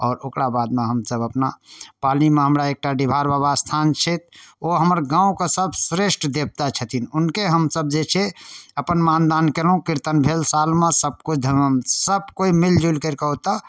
आओर ओकरा बादमे हमसब अपना पालीमे हमरा एकटा डीहबार बाबा स्थान छथि ओ हमर गाँवके सब श्रेष्ठ देवता छथिन हुनके हमसब जे छै अपन मानदान केलहुॅं कीर्तन भेल सालमे सब किछु धर्म सब कोइ मिलजुल कऽ ओतऽ